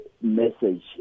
message